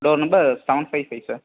door number seven five five sir